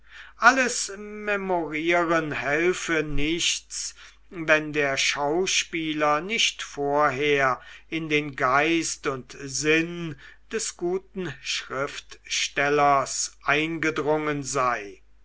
alles memorieren helfe nichts wenn der schauspieler nicht vorher in den geist und sinn des guten schriftstellers eingedrungen sei